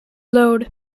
load